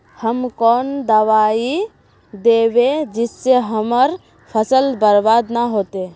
हम कौन दबाइ दैबे जिससे हमर फसल बर्बाद न होते?